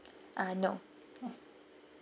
uh no